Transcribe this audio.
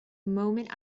moment